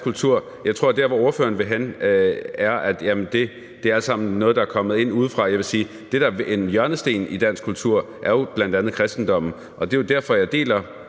kultur, så tror jeg, at der, hvor ordføreren vil hen, er, at jamen det er alt sammen noget, der er kommet ind udefra. Jeg vil sige, at det, der er en hjørnesten i dansk kultur, jo bl.a. er kristendommen, og det er jo derfor, at jeg deler